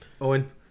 Owen